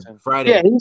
Friday